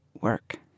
work